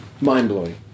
Mind-blowing